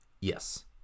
Yes